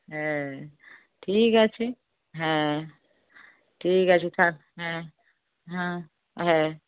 হ্যাঁ ঠিক আছে হ্যাঁ ঠিক আছে তাহলে হ্যাঁ হ্যাঁ হ্যাঁ